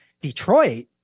Detroit